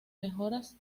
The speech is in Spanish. mejoras